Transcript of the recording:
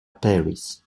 paris